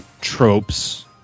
tropes